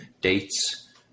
Dates